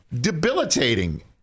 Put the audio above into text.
Debilitating